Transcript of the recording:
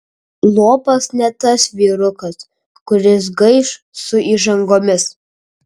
lopas ne tas vyrukas kuris gaiš su įžangomis